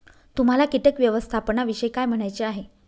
तुम्हाला किटक व्यवस्थापनाविषयी काय म्हणायचे आहे?